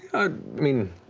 i mean,